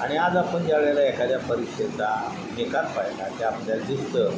आणि आज आपण ज्या वेळेला एखाद्या परीक्षेचा निकाल पहिला की आपल्याला दिसतं